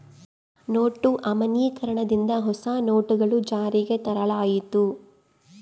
note ಅಮಾನ್ಯೀಕರಣ ದಿಂದ ಹೊಸ ನೋಟುಗಳು ಜಾರಿಗೆ ತರಲಾಯಿತು